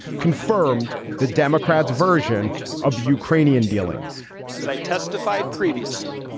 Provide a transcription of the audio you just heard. confirmed the democrats version of ukrainian dealings as i testified previously,